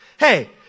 Hey